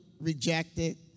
rejected